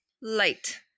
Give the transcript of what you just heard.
light